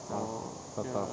ya soto